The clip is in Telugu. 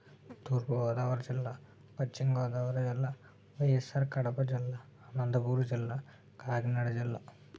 తూర్పుగోదావరి జిల్లా పశ్చిమగోదావరి జిల్లా వైఎస్ఆర్ కడప జిల్లా అనంతపూర్ జిల్లా కాకినాడ జిల్లా